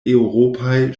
eŭropaj